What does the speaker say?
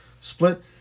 split